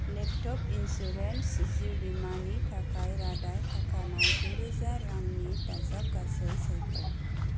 laptop insurance जिउ बीमानिनि थाखाय रादाय खाखानाय गुरोजा रांनि दाजाबगासै सायख'